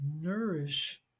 nourish